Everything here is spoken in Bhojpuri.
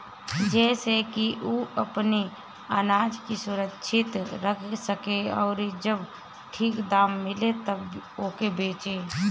जेसे की उ अपनी आनाज के सुरक्षित रख सके अउरी जब ठीक दाम मिले तब ओके बेचे